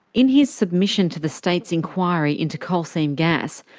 in his submission to the state's inquiry into coal seam gas,